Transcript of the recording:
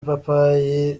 ipapayi